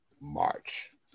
March